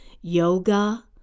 yoga